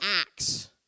Acts